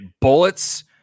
bullets